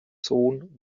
sohn